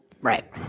Right